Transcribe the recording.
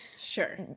Sure